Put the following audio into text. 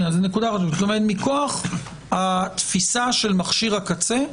מכוח התפיסה של מכשיר הקצה,